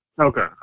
Okay